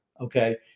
Okay